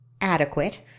adequate